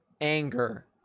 anger